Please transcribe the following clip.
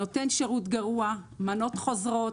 הוא נותן שירות גרוע, המנות חוזרות,